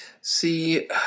See